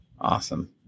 awesome